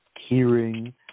hearing